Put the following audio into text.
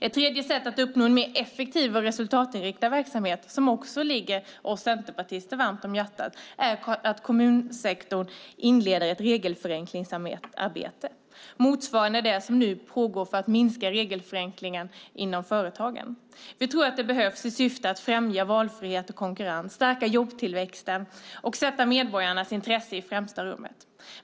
Ett tredje sätt att uppnå en mer effektiv och resultatinriktad verksamhet, som också ligger oss centerpartister varmt om hjärtat, är att kommunsektorn inleder ett regelförenklingsarbete, motsvarande det som nu pågår för att minska regelkrånglet för företagen. Vi tror att det behövs i syfte att främja valfrihet och konkurrens, stärka jobbtillväxten och sätta medborgarnas intressen i främsta rummet.